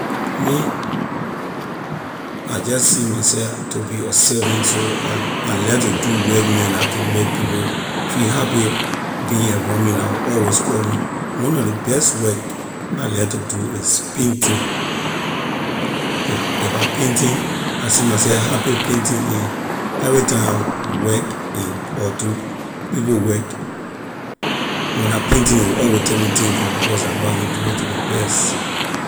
Me, I jeh see my she to be a servant so I like to do work neh la can make people feel happy being around me la will always call me one lor ley best work I like to do is painting if if I painting I see myself happy painting and everytime I work and or do people work when la painting ley will always tell me thank you because I know I can do it to ley best.